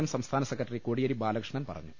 M സംസ്ഥാന secretary Kodiyeri Balakrishnan പറഞ്ഞു